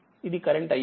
ఇదికరెంట్ ix